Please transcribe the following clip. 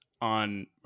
On